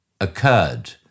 occurred